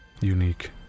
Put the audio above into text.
Unique